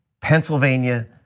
Pennsylvania